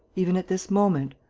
even at this moment.